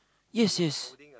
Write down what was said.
yes yes